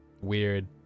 weird